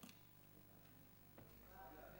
לילה מצוין.